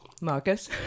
Marcus